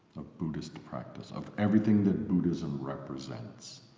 of buddhist practice, of everything that buddhism represents.